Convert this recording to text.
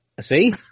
See